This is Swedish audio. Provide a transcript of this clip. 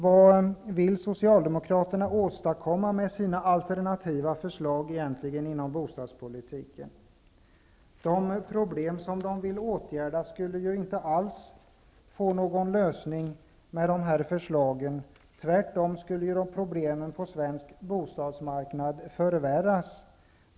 Vad vill Socialdemokraterna egentligen åstadkomma med sina alternativa förslag inom bostadspolitiken? De problem de vill åtgärda skulle ju inte alls få någon lösning med de här förslagen, tvärtom skulle problemen på svensk bostadsmarknad förvärras.